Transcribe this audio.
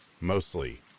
mostly